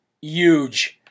huge